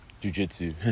Jiu-jitsu